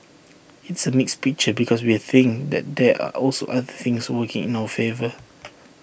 it's A mixed picture because we think that there are also other things working in our favour